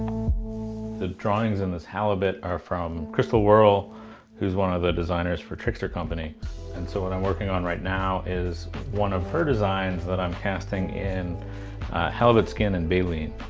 the drawings and this halibut are from crystal worl who's one of the designers for trickster company and so what i'm working on right now is one of her designs that i'm casting in halibut skin and baleen.